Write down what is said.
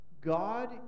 God